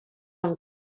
amb